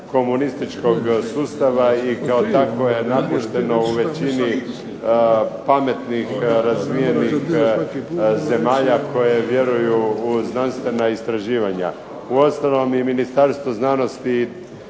komunističkog sustava i kao takvo je napušteno u većini pametnih, razvijenih zemalja koje vjeruju u znanstvena istraživanja. Uostalom, i Ministarstvo znanosti